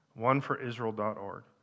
OneForIsrael.org